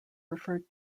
referred